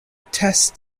test